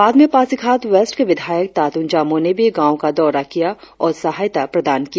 बाद में पासीघाट वेस्ट के विधायक तातुंग जामोह ने भी गांव का दौरा किया और सहायता प्रदान किया